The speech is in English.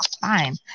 fine